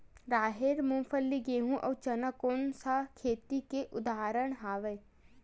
राहेर, मूंगफली, गेहूं, अउ चना कोन सा खेती के उदाहरण आवे?